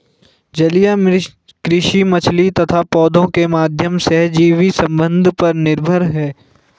जलीय कृषि मछली तथा पौधों के माध्यम सहजीवी संबंध पर निर्भर है